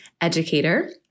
educator